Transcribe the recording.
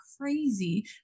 crazy